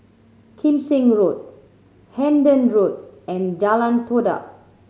Kim Seng Road Hendon Road and Jalan Todak